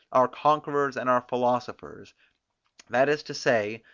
our conquerors and our philosophers that is to say,